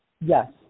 Yes